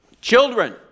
Children